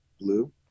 blue